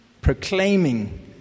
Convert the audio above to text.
proclaiming